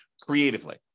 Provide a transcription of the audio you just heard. creatively